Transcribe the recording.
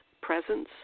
presence